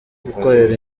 gukorera